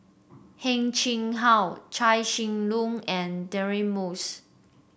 Heng Chee How Chia Shi Lu and Deirdre Moss